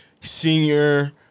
senior